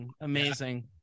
Amazing